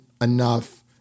enough